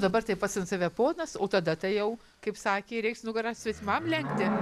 dabar tai pats ant save ponas o tada tai jau kaip sakė reiks nugarą svetimam lenkti